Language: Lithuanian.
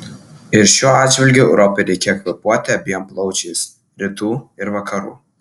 ir šiuo atžvilgiu europai reikėjo kvėpuoti abiem plaučiais rytų ir vakarų